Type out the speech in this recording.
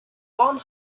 one